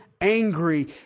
angry